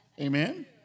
Amen